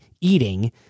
eating